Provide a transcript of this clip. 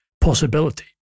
possibility